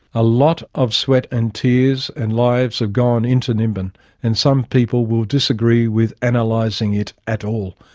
a lot of sweat and tears and lives have gone into nimbin and some people will disagree with analysing it at all,